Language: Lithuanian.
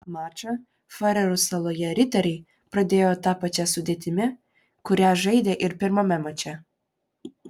mačą farerų saloje riteriai pradėjo ta pačia sudėtimi kuria žaidė ir pirmame mače